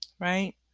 right